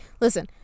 listen